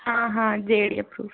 हाँ हाँ J D A approved है